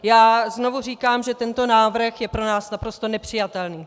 Já znovu říkám, že tento návrh je pro nás naprosto nepřijatelný!